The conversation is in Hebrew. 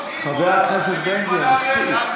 חבר הכנסת בן גביר, מספיק.